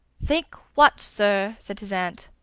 think what, sir? said his aunt.